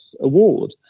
award